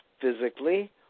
physically